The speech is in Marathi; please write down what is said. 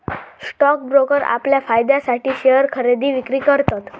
स्टॉक ब्रोकर आपल्या फायद्यासाठी शेयर खरेदी विक्री करतत